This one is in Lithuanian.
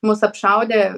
mus apšaudė